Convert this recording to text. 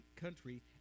country